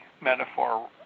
metaphor